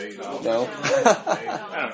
No